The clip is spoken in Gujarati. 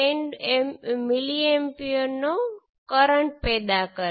તેથી હું આ બે ઇક્વેશન લખીશ